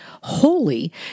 holy